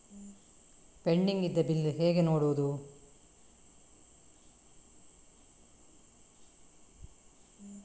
Pending ಇದ್ದ bill ಹೇಗೆ ನೋಡುವುದು?